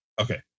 Okay